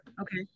Okay